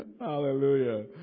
Hallelujah